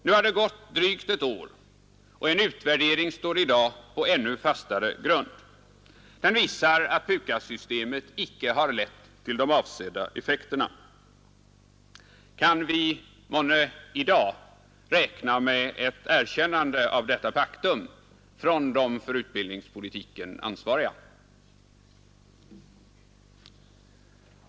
Nu har det gått drygt ett år, och en utvärdering står på ännu fastare grund. Den visar att PUKAS-systemet icke har lett till de avsedda effekterna. Kan vi månne i dag räkna med ett erkännande av detta faktum från de för utbildningspolitiken ansvariga?